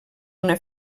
una